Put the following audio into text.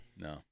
No